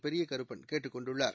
பெரியகருப்பன் கேட்டுக் கொண்டுள்ளார்